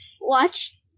Watch